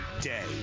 day